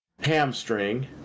hamstring